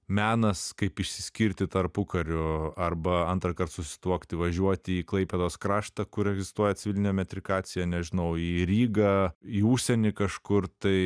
menas kaip išsiskirti tarpukariu arba antrąkart susituokti važiuoti į klaipėdos kraštą kur egzistuoja civilinė metrikacija nežinau į rygą į užsienį kažkur tai